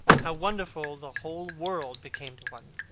how wonderful the whole world became to one!